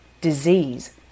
disease